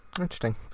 interesting